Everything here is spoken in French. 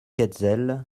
hetzel